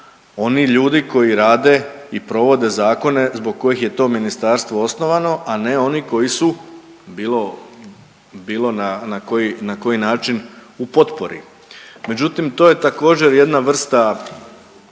oni ljudi koji rade i provode zakone zbog kojih je to ministarstvo osnovano, a ne oni koji su bilo na koji način u potpori. Međutim, to je također jedna vrsta